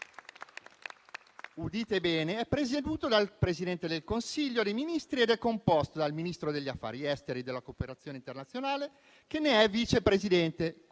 udite bene, è presieduto dal Presidente del Consiglio dei ministri ed è composto dal Ministro degli affari esteri e della cooperazione internazionale, che ne è vice presidente